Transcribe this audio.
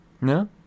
No